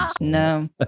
No